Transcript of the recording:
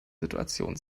situation